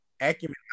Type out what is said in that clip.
acumen